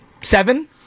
Seven